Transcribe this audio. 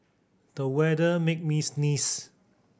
the weather made me sneeze